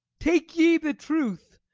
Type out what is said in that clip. take ye the truth,